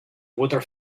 water